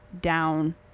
down